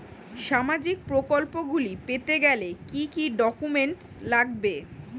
সামাজিক প্রকল্পগুলি পেতে গেলে কি কি ডকুমেন্টস লাগবে?